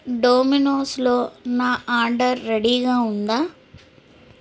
డోమినోస్లో నా ఆర్డర్ రెడీగా ఉందా